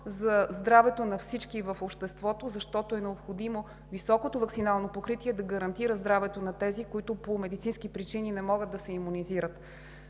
за здравето на всички в обществото, защото е необходимо високото ваксинално покритие да гарантира здравето на тези, които по медицински причини не могат да се имунизират.